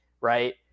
right